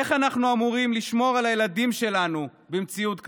איך אנחנו אמורים לשמור על הילדים שלנו במציאות כזו?